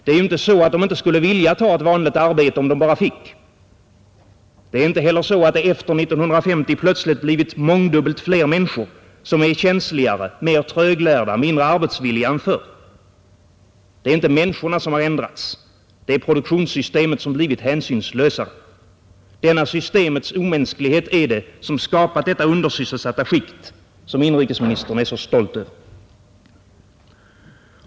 Det är ju inte så att de inte skulle vilja ta ett vanligt arbete om de bara fick. Det är inte heller så att det efter 1950 plötsligt blivit mångdubbelt fler människor som är känsligare, mer tröglärda, mindre arbetsvilliga än förr. Det är inte människorna som ändrats. Det är produktionssystemet som blivit hänsynslösare. Denna systemets omänsklighet är det som skapat detta undersysselsatta skikt, som inrikesministern är så stolt över.